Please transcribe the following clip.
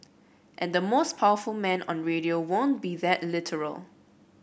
and the most powerful man on radio won't be that literal